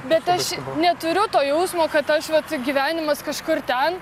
bet aš neturiu to jausmo kad aš vat gyvenimas kažkur ten